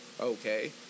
Okay